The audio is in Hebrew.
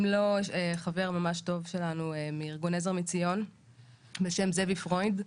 אם לא חבר ממש טוב שלנו מארגון עזר מציון בשם זאביק פרוייד,